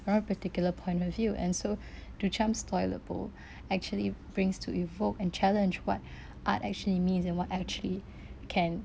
or a particular point of view and so duchamp's toilet bowl actually brings to evoke and challenge what art actually means and what actually can